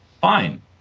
fine